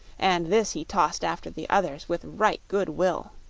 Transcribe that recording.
and this he tossed after the others with right good will.